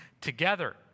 together